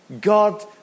God